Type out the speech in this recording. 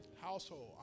Household